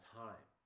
time